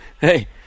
Hey